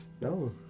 No